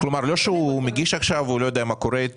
זה לא הוא מגיש עכשיו והוא לא יודע מה קורה.